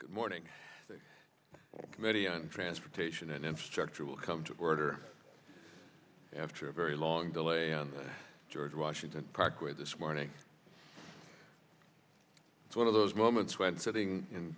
good morning the committee on transportation and infrastructure will come to order after a very long delay on the george washington parkway this morning one of those moments when sitting in